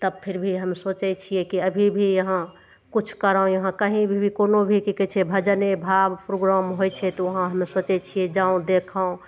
तब फेर भी हम सोचय छियै की अभी भी यहाँ किछु करौ यहाँ कहीं भी कोनो भी की कहय छै भजने भा प्रोग्राम होइ छै तऽ वहाँ हम्मे सोचय छियै जाऔं देखौं